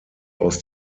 aus